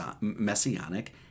messianic